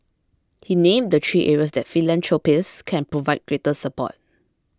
he named the three areas that philanthropists can provide greater support